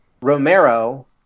Romero